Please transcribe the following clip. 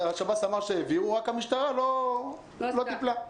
השב"ס אמרו שהם העבירו, רק שהמשטרה לא טיפלה.